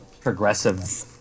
progressive